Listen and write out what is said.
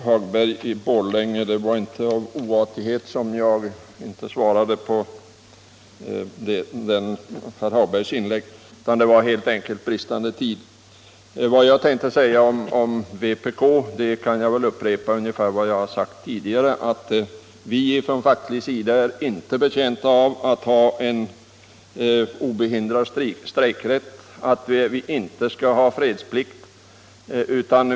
Herr talman! Det var inte oartighet som gjorde att jag inte svarade på inlägget av herr Hagberg i Borlänge utan det var helt enkelt bristande tid. Med anledning av vad som anförts från vpk-håll kan jag väl upprepa ungefär vad jag sagt tidigare, nämligen att vi på facklig sida inte är betjänta av oinskränkt strejkrätt eller att fredsplikten avskaffas.